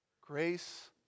grace